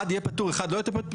אחד יהיה פטור, ואחד לא יהיה פטור.